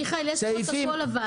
מיכאל, יש פרוטוקול לדיון.